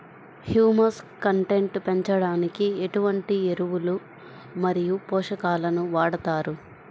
Humus content పెంచడానికి ఎటువంటి ఎరువులు మరియు పోషకాలను వాడతారు?